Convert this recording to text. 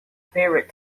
favorite